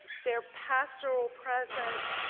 their pastoral presence,